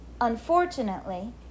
Unfortunately